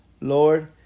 Lord